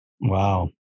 Wow